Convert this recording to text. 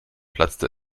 platzte